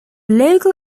local